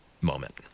moment